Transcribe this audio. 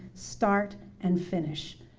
start, and finish.